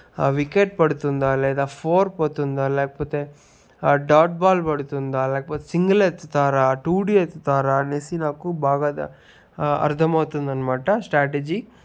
wicket పడుతుందా లేదా four పోతుందా లేకపోతే డాట్ బాల్ పడుతుందా లేకపోతే సింగిల్ ఎత్తుతార టూ డీ ఎత్తుతారనేసి నాకు బాగా అర్థమవుతుందనమాట స్ట్రాటజీ